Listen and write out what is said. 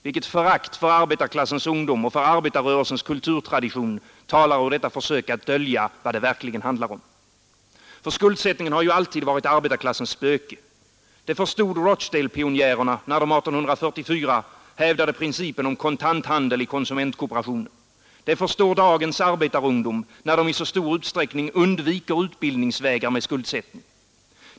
Vilket förakt för arbetarklassens ungdom och arbetarrörelsens kulturtradition talar ur detta försök att dölja vad det verkligen handlar om? Skuldsättningen har alltid varit arbetarklassens spöke. Det förstod Rochdale-pionjärerna när de år 1844 hävdade principen om kontanthandel i konsumentkooperationen. Det förstår dagens arbetarungdom när den i så undviker utbildningsvägar med skuldsättning.